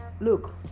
look